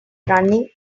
running